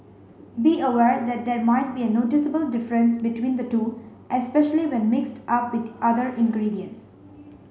be aware that there might be a noticeable difference between the two especially when mixed up with other ingredients